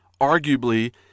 arguably